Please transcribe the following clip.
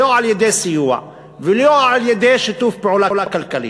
לא על-ידי סיוע ולא על-ידי שיתוף פעולה כלכלי.